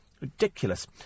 Ridiculous